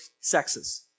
sexes